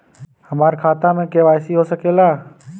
हमार खाता में के.वाइ.सी हो सकेला?